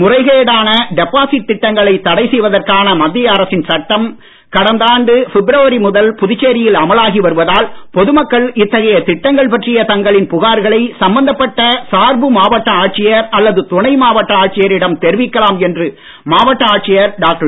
முறைகேடான deposit திட்டங்களை தடை செய்வதற்கான மத்திய அரசின் சட்டம் கடந்த ஆண்டு பிப்ரவரி முதல் புதுச்சேரியில் அமலாகி வருவதால் பொதுமக்கள் இத்தகைய திட்டங்கள் பற்றிய தங்களின் புகார்களை சம்பந்தப்பட்ட சார்பு மாவட்ட ஆட்சியர் அல்லது துணை மாவட்ட ஆட்சியரிடம் தெரிவிக்கலாம் என்று மாவட்ட ஆட்சியர் டாக்டர்